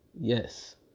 Yes